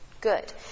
Good